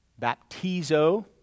baptizo